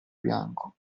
bianco